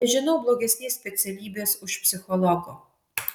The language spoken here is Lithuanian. nežinau blogesnės specialybės už psichologo